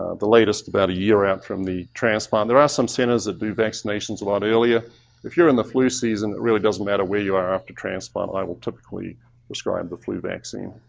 the latest, about a year out from the transplant. there are some centers that do vaccinations a lot earlier if you're in the flu season, that really doesn't matter where you are after transplant, i will typically prescribe the flu vaccine.